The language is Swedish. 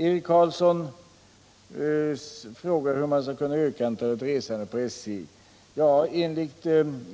Eric Carlsson frågade hur man skulle kunna öka antalet resande på SJ. Ja, enligt